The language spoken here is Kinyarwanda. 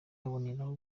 aboneraho